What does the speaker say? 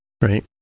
Right